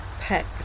pack